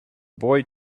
boy